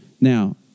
Now